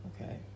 Okay